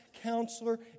counselor